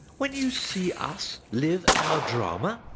when you see us live our drama.